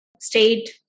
state